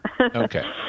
Okay